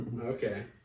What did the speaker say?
Okay